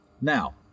now